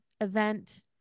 event